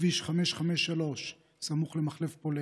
בכביש 65 סמוך לערערה.